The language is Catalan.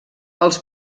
els